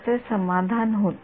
तर माझे समाधान विरळ होईल